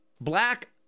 black